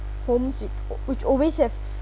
homes with which always have